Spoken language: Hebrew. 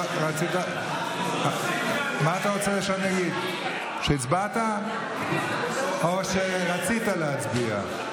מה אתה רוצה שאני אגיד, שהצבעת או שרצית להצביע?